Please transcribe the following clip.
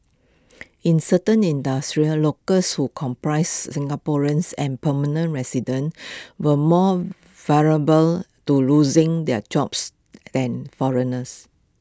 in certain industries locals who comprise Singaporeans and permanent residents were more vulnerable to losing their jobs than foreigners